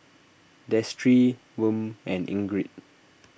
Destry Wm and Ingrid